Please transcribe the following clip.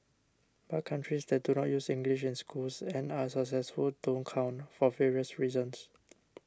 but countries that do use English in schools and are successful don't count for various reasons